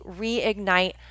reignite